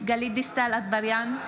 גלית דיסטל אטבריאן,